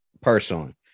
personally